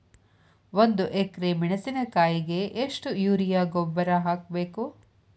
ಒಂದು ಎಕ್ರೆ ಮೆಣಸಿನಕಾಯಿಗೆ ಎಷ್ಟು ಯೂರಿಯಾ ಗೊಬ್ಬರ ಹಾಕ್ಬೇಕು?